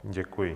Děkuji.